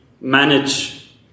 manage